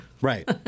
Right